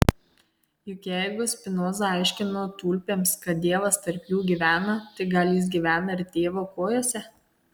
juk jeigu spinoza aiškino tulpėms kad dievas tarp jų gyvena tai gal jis gyvena ir tėvo kojose